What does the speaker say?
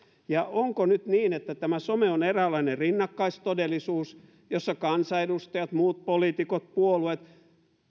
onko nyt niin että tämä some on eräänlainen rinnakkaistodellisuus jossa kansanedustajat muut poliitikot puolueet